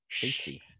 Tasty